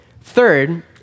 Third